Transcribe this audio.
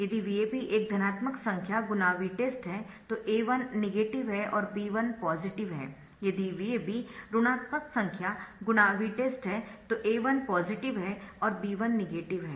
यदि VAB एक धनात्मक संख्या गुणा Vtest है तो A1 नेगेटिव है और B1 पॉजिटिव है यदि VAB ऋणात्मक संख्या गुणा Vtest है तो A1 पॉजिटिव है और B1 नेगेटिव है